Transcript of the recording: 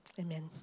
Amen